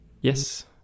Yes